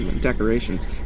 decorations